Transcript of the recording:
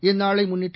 இந்நாளைமுன்னிட்டு